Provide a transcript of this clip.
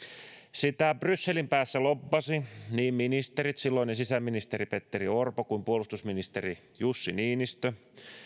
sitä brysselin päässä lobbasivat ministerit niin silloinen sisäministeri petteri orpo kuin puolustusministeri jussi niinistö